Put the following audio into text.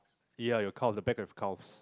ya your calf the back of your calves